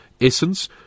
essence